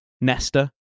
Nesta